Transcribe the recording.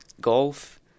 golf